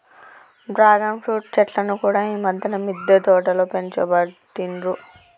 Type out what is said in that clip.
dragon fruit చెట్లను కూడా ఈ మధ్యన మిద్దె తోటలో పెంచబట్టిండ్రు